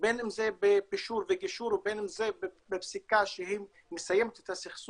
בין אם זה בפישור וגישור ובין אם זה בפסיקה שהיא מסיימת את הסכסוך.